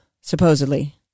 supposedly